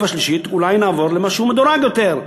והשלישית אולי נעבור למשהו מדורג יותר,